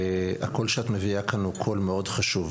והקול שאת מביאה כאן הוא קול מאוד חשוב.